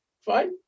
fine